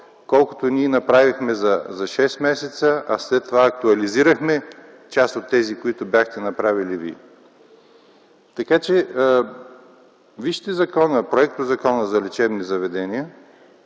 колкото ние направихме за шест месеца, а след това актуализирахме част от тези, които бяхте направили вие. Вижте закона, вижте законопроекта за лечебните заведения